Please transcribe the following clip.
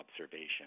observation